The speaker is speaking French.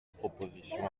proposition